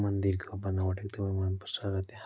मन्दिरको बनावट एकदमै मनपर्छ र त्यहाँका